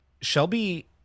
Shelby